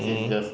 mmhmm